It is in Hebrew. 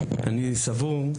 אני סבור,